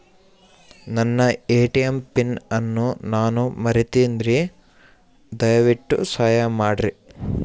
ನನ್ನ ATM pin ಅನ್ನು ನಾನು ಮರಿತಿನ್ರಿ, ದಯವಿಟ್ಟು ಸಹಾಯ ಮಾಡ್ರಿ